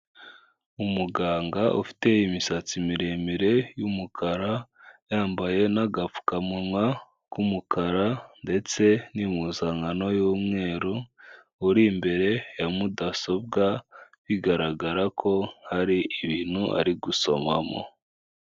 Umuganga ufite imisatsi miremire y'umukara yambaye n'agapfukamunwa k'umukara ndetse n'impuzankano y'umweru uri imbere ya mudasobwa bigaragara ko hari ibintu ari gusomamo.